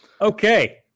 Okay